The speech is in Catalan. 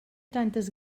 tantes